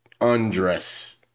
undress